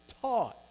taught